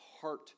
heart